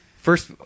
First